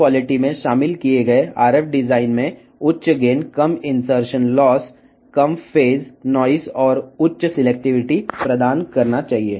అధిక నాణ్యత గల ప్రేరకాలు RF రూపకల్పనలో అధిక గెయిన్ తక్కువ ఇన్సర్షన్ లాస్ తక్కువ ఫేస్ నాయిస్ మరియు అధిక సెలెక్టీవిటీ ను అందించాలి